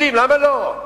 למה לא?